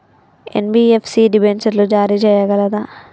NBFC డిబెంచర్లు జారీ చేయగలదా?